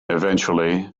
eventually